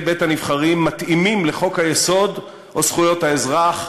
בית-הנבחרים מתאימים לחוק-היסוד או זכויות האזרח.